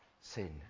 sin